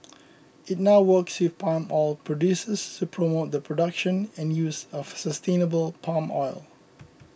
it now works with palm oil producers to promote the production and use of sustainable palm oil